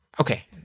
okay